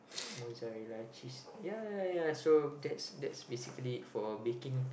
mozzarella cheese ya ya ya ya so that's that's basically for baking